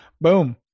Boom